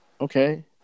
okay